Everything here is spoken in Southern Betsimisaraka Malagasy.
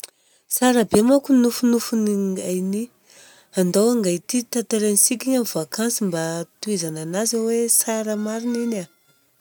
Tsara be manko i nofinofin'ingainy igny, andao angaity tanterahintsika igny amin'ny vacance mba hitohizana anazy hoe tsara marina igny an!